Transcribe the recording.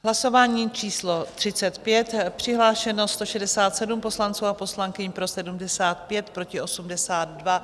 Hlasování číslo 35, přihlášeno 167 poslanců a poslankyň, pro 75, proti 82.